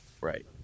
right